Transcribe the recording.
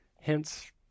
Hence